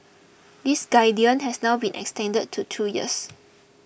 this guidance has now been extended to two years